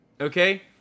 Okay